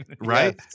right